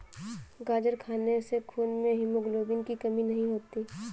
गाजर खाने से खून में हीमोग्लोबिन की कमी नहीं होती